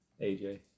AJ